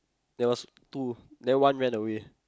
there was two then one ran away